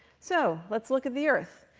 so let's look at the earth.